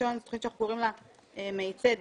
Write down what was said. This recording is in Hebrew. הראשון זו תכנית שאנחנו קוראים לה מאיצי דרך,